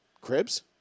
Cribs